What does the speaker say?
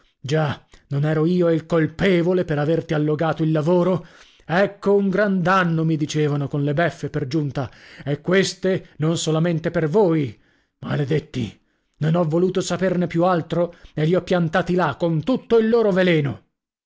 già non ero io il colpevole per averti allogato il lavoro ecco un gran danno mi dicevano con le beffe per giunta e queste non solamente per voi maledetti non ho voluto saperne più altro e li ho piantati là con tutto il loro veleno